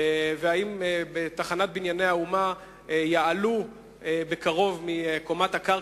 והאם בתחנת "בנייני האומה" יעלו בקרוב נוסעים מקומת הקרקע,